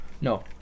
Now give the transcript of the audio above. No